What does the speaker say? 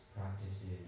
practices